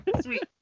sweet